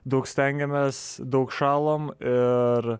daug stengėmės daug šalom ir